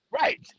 Right